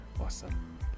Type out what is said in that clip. awesome